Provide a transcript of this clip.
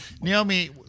Naomi